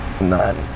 none